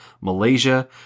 Malaysia